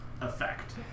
effect